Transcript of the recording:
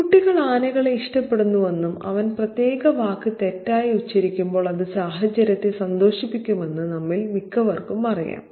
കുട്ടികൾ ആനകളെ ഇഷ്ടപ്പെടുന്നുവെന്നും അവൻ പ്രത്യേക വാക്ക് തെറ്റായി ഉച്ചരിക്കുമ്പോൾ അത് സാഹചര്യത്തെ സന്തോഷിപ്പിക്കുമെന്നും നമ്മിൽ മിക്കവർക്കും അറിയാം